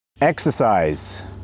Exercise